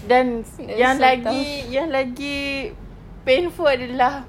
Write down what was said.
then yang lagi yang lagi painful adalah